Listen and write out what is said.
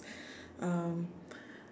um